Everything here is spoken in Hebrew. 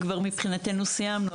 מבחינתנו כבר סיימנו,